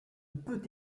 peut